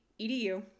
EDU